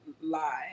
lie